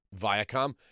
Viacom